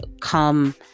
come